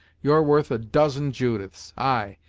you're worth a dozen judiths ay,